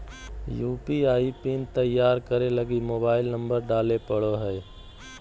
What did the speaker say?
UPI pin तैयार करे लगी मोबाइल नंबर डाले पड़ो हय